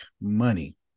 money